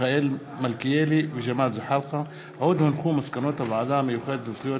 מיכאל מלכיאלי וג׳מאל זחאלקה בנושא: התמודדות